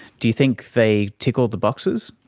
do you think they tick all the boxes?